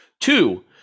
Two